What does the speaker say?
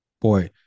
Boy